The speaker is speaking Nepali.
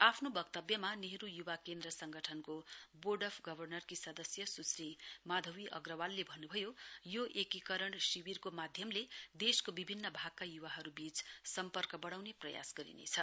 आफ्नो वक्तव्यमा नेहरू युवा केन्द्र संगठनको बोर्ड अफ् गवर्नर स्श्रीको माधती अग्रवालले भन्न्भयो यो एकीकरण शिविरको माध्यमले देशको विभिन्न भागका य्वाहरूबीच सम्पर्क बढाउने प्रयास गरिनेछ